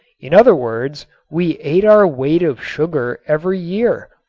in other words we ate our weight of sugar every year.